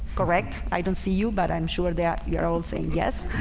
correct? i don't see you, but i'm sure there you are all saying. yes